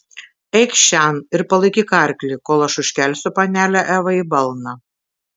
eikš šen ir palaikyk arklį kol aš užkelsiu panelę evą į balną